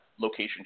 location